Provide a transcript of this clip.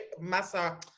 Massa